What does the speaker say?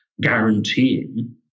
guaranteeing